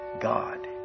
God